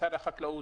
משרד החקלאות,